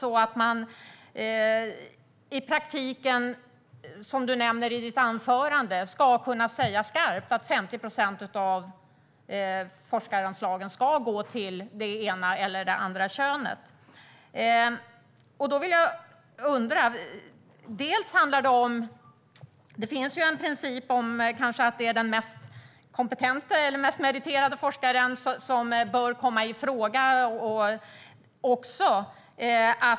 Linda Snecker nämnde i sitt anförande att 50 procent av forskaranslagen ska gå till det ena eller det andra könet. Det finns en princip om att det är den mest kompetenta eller meriterade forskaren som bör komma i fråga.